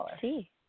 see